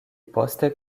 poste